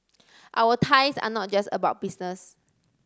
our ties are not just about business